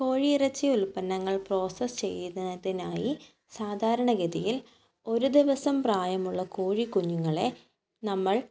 കോഴി ഇറച്ചി ഉൽപന്നങ്ങൾ പ്രോസസ്സ് ചെയ്യുന്നതിനായി സാധാരണ ഗതിയിൽ ഒരു ദിവസം പ്രായമുള്ള കോഴി കുഞ്ഞുങ്ങളെ നമ്മൾ